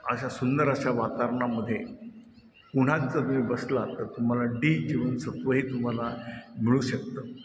अशा सुंदर अशा वातावरणामधे उन्हात जर तुम्ही बसला तर तुम्हाला डी जीवनसत्वही तुम्हाला मिळू शकतं